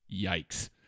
Yikes